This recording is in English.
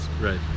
Right